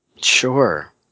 Sure